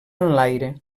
enlaire